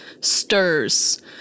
stirs